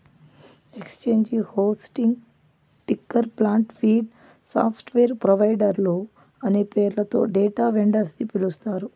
exchange hosting, ticker plant, feed, software ప్రొవైడర్లు అనే పేర్లతో డేటా వెండర్స్ ని పిలుస్తారు